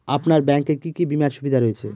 আপনার ব্যাংকে কি কি বিমার সুবিধা রয়েছে?